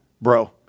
bro